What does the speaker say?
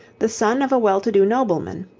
the son of a well-to-do nobleman,